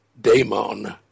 daemon